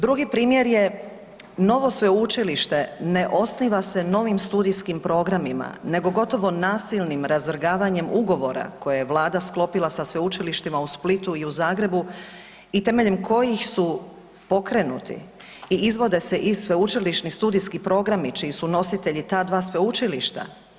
Drugi primjer je novo sveučilište ne osniva se novim studijskim programima nego gotovo nasilnim razvrgavanjem ugovora koje je Vlada sklopila sa sveučilištima u Splitu i u Zagrebu i temeljem kojih su pokrenuti i izvode se iz sveučilišni studijski programi čiji su nositelji ta dva sveučilišta.